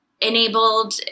enabled